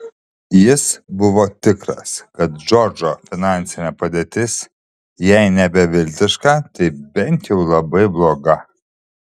jis buvo tikras kad džordžo finansinė padėtis jei ne beviltiška tai bent jau labai bloga